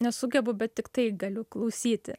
nesugebu bet tiktai galiu klausyti